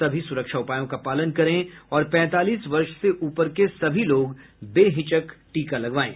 सभी सुरक्षा उपायों का पालन करें और पैंतालीस वर्ष से ऊपर के सभी लोग बेहिचक टीका लगवाएं